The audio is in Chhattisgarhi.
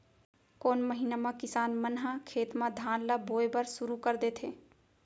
कोन महीना मा किसान मन ह खेत म धान ला बोये बर शुरू कर देथे?